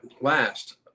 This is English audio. last